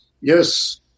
Yes